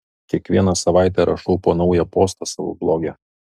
kiekvieną savaitę rašau po naują postą savo bloge